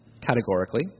Categorically